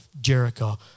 Jericho